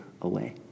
away